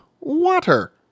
water